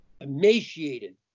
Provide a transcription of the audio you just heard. Emaciated